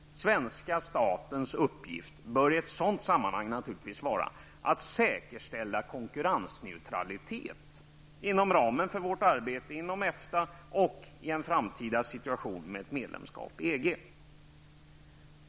Svenska statens uppgift bör i ett sådant sammanhang naturligtvis vara att säkerställa konkurrensneutralitet inom ramen för vårt arbete inom EFTA och med tanke på ett framtida medlemskap i EG.